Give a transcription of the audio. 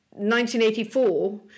1984